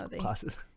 classes